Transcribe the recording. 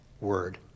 word